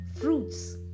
fruits